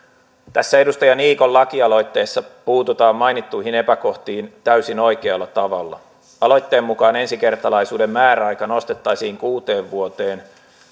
tässä edustaja niikon lakialoitteessa puututaan mainittuihin epäkohtiin täysin oikealla tavalla aloitteen mukaan ensikertalaisuuden määräaika nostettaisiin kuuteen vuoteen